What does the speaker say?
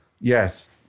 Yes